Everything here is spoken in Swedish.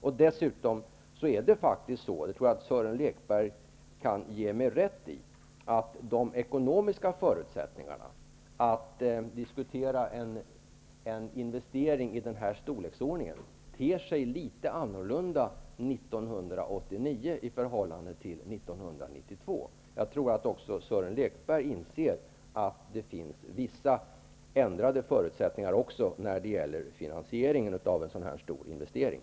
Jag tror att Sören Lekberg kan ge mig rätt att de ekonomiska förutsättningarna att diskutera en investering i den storleksordningen tedde sig litet annorlunda 1989 i förhållande till 1992. Jag tror också att Sören Lekberg inser att det finns vissa ändrade förutsättningar när det gäller finansieringen av en sådan stor investering.